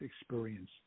experience